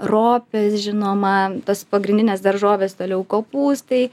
ropės žinoma tos pagrindinės daržovės toliau kopūstai